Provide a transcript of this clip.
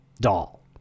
doll